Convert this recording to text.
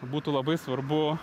būtų labai svarbu